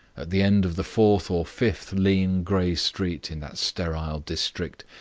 at the end of the fourth or fifth lean grey street in that sterile district,